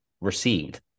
received